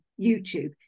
youtube